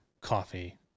coffee